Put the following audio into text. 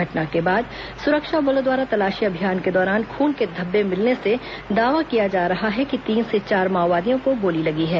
घटना के बाद सुरक्षा बलों द्वारा तलाशी अभियान के दौरान खून के धब्बे मिलने से दावा किया जा रहा है कि तीन से चार माओवादियों को गोली लगी है